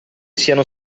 siano